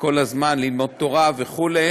כל הזמן, ללמוד תורה וכדומה.